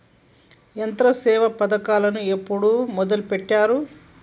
యంత్రసేవ పథకమును ఎప్పుడు మొదలెట్టారు?